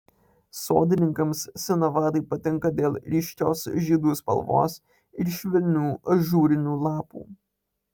sodininkams sinavadai patinka dėl ryškios žiedų spalvos ir švelnių ažūrinių lapų